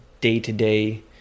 day-to-day